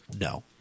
No